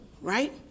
right